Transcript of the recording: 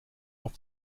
auf